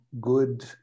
good